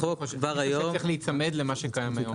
החוק כבר היום -- צריך להיצמד למה שקיים היום.